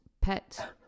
pet